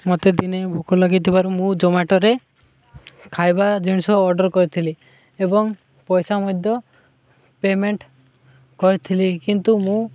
ମୋତେ ଦିନେ ଭୋକ ଲାଗିଥିବାରୁ ମୁଁ ଜୋମାଟୋରେ ଖାଇବା ଜିନିଷ ଅର୍ଡ଼ର କରିଥିଲି ଏବଂ ପଇସା ମଧ୍ୟ ପେମେଣ୍ଟ କରିଥିଲି କିନ୍ତୁ ମୁଁ